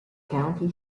county